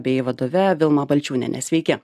bei vadove vilma balčiūniene sveiki